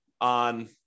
on